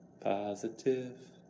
Positive